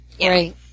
Right